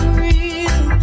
real